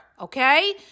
okay